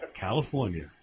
California